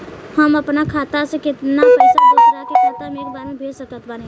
हम अपना खाता से केतना पैसा दोसरा के खाता मे एक बार मे भेज सकत बानी?